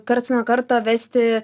karts nuo karto vesti